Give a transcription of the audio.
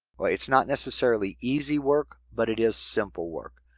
while it's not necessarily easy work, but it is simple work.